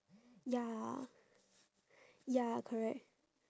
ya ya correct